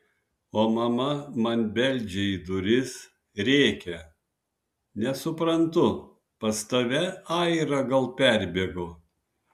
o mama man beldžia į duris rėkia nesuprantu pas tave aira gal perbėgo